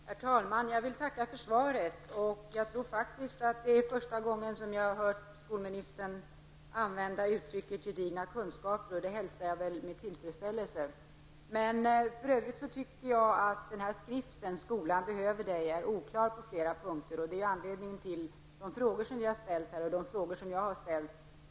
Herr talman! Jag vill tacka för svaret. Jag tror att det faktiskt är första gången som jag hört skolministern använda uttrycket gedigna kunskaper, och det hälsar jag med tillfredsställelse. Men skriften Skolan behöver dig är oklar på flera punkter, och det är anledningen till de frågor som jag och flera med mig här har ställt angående kunskaper.